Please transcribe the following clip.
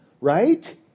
right